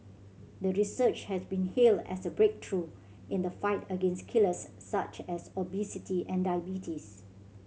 the research had been hailed as a breakthrough in the fight against killers such as obesity and diabetes